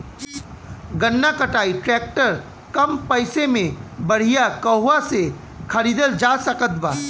गन्ना कटाई ट्रैक्टर कम पैसे में बढ़िया कहवा से खरिदल जा सकत बा?